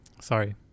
sorry